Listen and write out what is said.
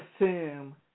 assume